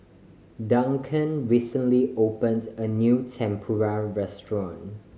Duncan recently opened a new Tempura restaurant